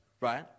right